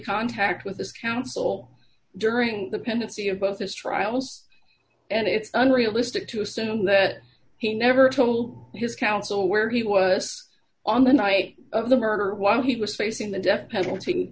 contact with his counsel during the pendency of both his trials and it's unrealistic to assume that he never told his counsel where he was on the night of the murder while he was facing the death penalty